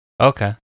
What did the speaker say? okay